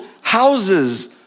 houses